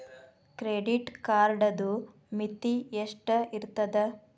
Credit ಕಾರ್ಡದು ಮಿತಿ ಎಷ್ಟ ಇರ್ತದ?